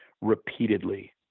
repeatedly